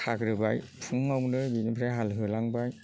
खाग्रोबाय फुङावनो बिनिफ्राय हाल होलांबाय